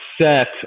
set